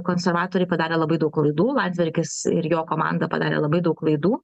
konservatoriai padarė labai daug klaidų landsbergis ir jo komanda padarė labai daug klaidų